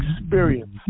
experience